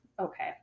okay